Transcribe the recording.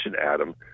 Adam